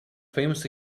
famous